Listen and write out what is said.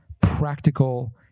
practical